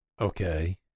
Okay